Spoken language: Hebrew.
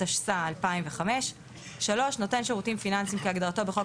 התשס"ה - 2005; נותן שירותים פיננסיים כהגדרתו בחוק